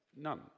None